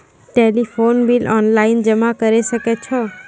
Telephone bill online जमा करै सकै छौ?